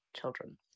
children